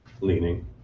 leaning